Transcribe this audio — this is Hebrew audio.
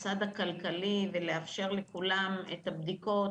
הצד הכלכלי ולאפשר לכולם את הבדיקות